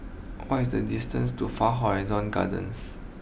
what is the distance to far Horizon Gardens